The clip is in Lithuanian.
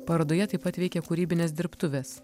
parodoje taip pat veikia kūrybinės dirbtuvės